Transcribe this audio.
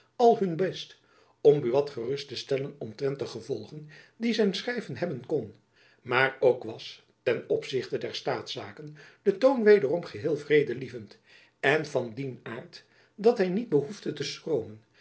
al hun best om buat gerust te stellen omtrent de gevolgen die zijn schrijven hebben kon maar ook was ten opzichte der staatszaken de toon wederom geheel vredelievend en van dien aart dat hy niet behoefde te schroomen